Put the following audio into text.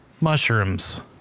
Mushrooms